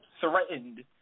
threatened